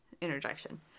Interjection